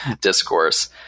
discourse